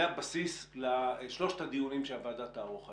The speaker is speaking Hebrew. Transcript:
זה הבסיס לשלושת הדיונים שהוועדה תערוך היום.